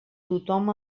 tothom